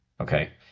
Okay